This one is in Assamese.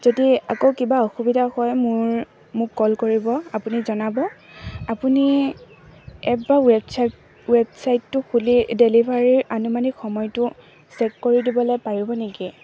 যদি আকৌ কিবা অসুবিধা হয় মোৰ মোক কল কৰিব আপুনি জনাব এবাৰ ৱেবছাইট ৱেবছাইটটো খুলি ডেলিভাৰীৰ আনুমানিক সময়টো চেক কৰি দিবলৈ পাৰিব নেকি